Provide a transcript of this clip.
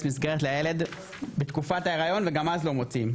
מסגרת לילד בתקופת ההיריון וגם אז לא מוציאים.